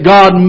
God